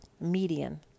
median